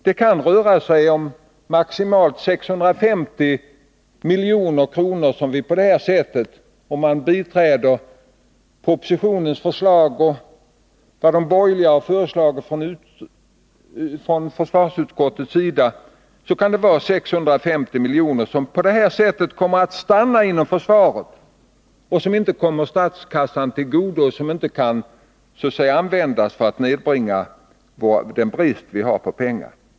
Det kan röra sig om maximalt 650 milj.kr. som på det här sättet, om kammaren biträder propositionens och den borgerliga utskottsmajoritetens förslag, stannar inom försvaret och inte kommer statskassan till godo och därmed inte kan användas för att så att säga nedbringa den brist på pengar vi har.